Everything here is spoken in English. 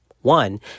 One